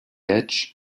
edge